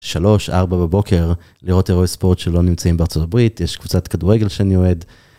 שלוש-ארבע בבוקר, לראות אירועי ספורט שלא נמצאים בארה״ב, יש קבוצת כדורגל שאני אוהד.